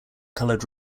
colored